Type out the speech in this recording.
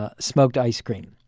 ah smoked ice cream.